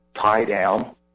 tie-down